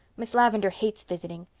miss lavendar hates visiting.